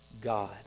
God